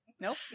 Nope